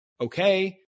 okay